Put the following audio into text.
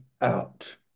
out